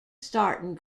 starting